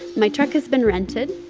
my truck has been rented.